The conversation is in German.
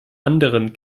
anderen